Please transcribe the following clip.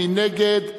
מי נגד?